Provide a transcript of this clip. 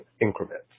increments